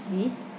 you see